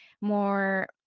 more